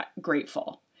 grateful